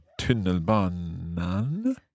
tunnelbanan